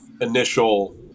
initial